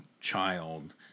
child